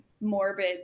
morbid